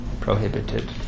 prohibited